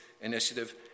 initiative